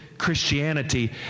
Christianity